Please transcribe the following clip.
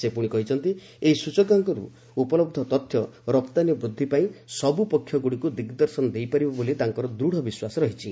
ସେ ପୁଣି କହିଛନ୍ତି ଏହି ସ୍ଟଚକାଙ୍କରୁ ଉପଲହ୍ଧ ତଥ୍ୟ ରପ୍ତାନୀ ବୃଦ୍ଧି ପାଇଁ ସବୁ ପକ୍ଷଗୁଡ଼ିକୁ ଦିଗଦର୍ଶନ ଦେଇପାରିବ ବୋଲି ତାଙ୍କର ଦୃଢ଼ ବିଶ୍ୱାସ ରହିଛି